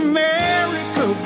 America